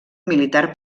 militar